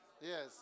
Yes